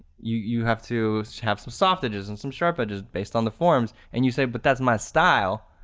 you you have to have some soft edges and some sharp edges based on the forms and you say but that's my style,